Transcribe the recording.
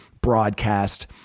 broadcast